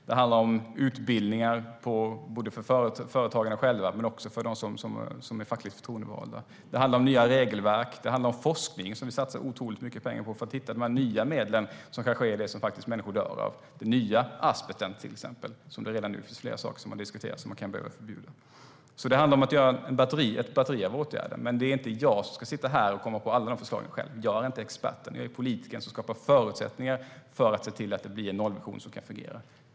Det handlar om utbildningar, både för företagarna och för dem som är fackligt förtroendevalda. Det handlar om nya regelverk. Det handlar om forskning, som vi satsar otroligt mycket pengar på, för att hitta de nya medlen - den nya asbesten - som kanske är det som människor dör av. Det har redan nu diskuterats flera saker som man kan behöva förbjuda. Det handlar alltså om att genomföra ett batteri av åtgärder. Men det är inte jag som ska komma på alla de förslagen själv. Jag är inte experten; jag är politikern som skapar förutsättningar för att se till att det blir en nollvision som kan fungera.